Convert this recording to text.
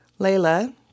Layla